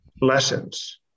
lessons